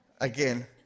again